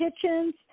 kitchens